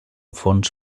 fons